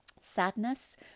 Sadness